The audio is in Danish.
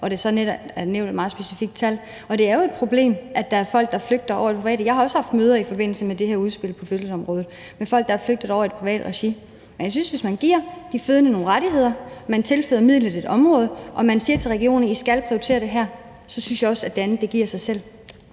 i dag, er nævnt et meget specifikt tal. Og det er jo et problem, at der er folk, der flygter over i det private. Jeg har også haft møder i forbindelse med det her udspil på fødselsområdet om folk, der er flygtet over i det private regi. Men hvis man giver de fødende nogle rettigheder, tilfører midler til området og siger til regionerne, at de skal prioritere det her, mener jeg også, at det andet giver sig selv.